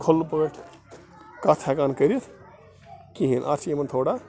کھُلہٕ پٲٹھۍ کَتھ ہٮ۪کان کٔرِتھ کِہیٖنۍ اَتھ چھِ یِمَن تھوڑا